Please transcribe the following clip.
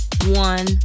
one